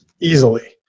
easily